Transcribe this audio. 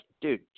dude